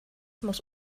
muss